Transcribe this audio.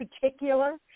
particular